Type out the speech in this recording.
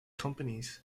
companies